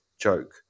joke